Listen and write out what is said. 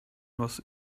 was